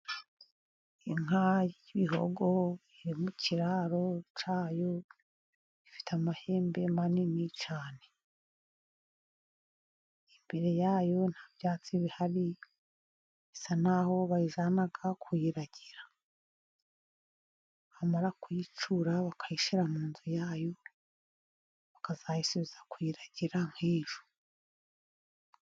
Inka y'ibihogo iri mu kiraro cyayo, ifite amahembe manini cyane, imbere yayo nta byatsi bihari, isa naho bayijyana kuyiragira, bamara kuyicyura bakayishyira mu nzu yayo, bakazayisubiza kuyiragira nk'ejo.